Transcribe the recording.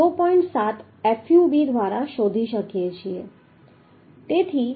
7 fub શોધી શકીએ છીએ